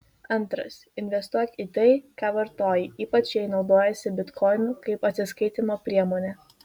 antras investuok į tai ką vartoji ypač jei naudojiesi bitkoinu kaip atsiskaitymo priemone